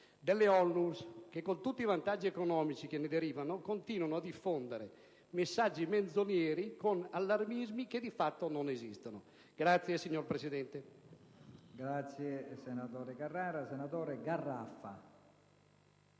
delle ONLUS che, con tutti i vantaggi economici che ne derivano, continuano a diffondere messaggi menzogneri con allarmismi che, di fatto, non esistono.